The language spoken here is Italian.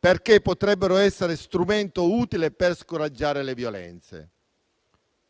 perché potrebbero essere uno strumento utile per scoraggiare le violenze.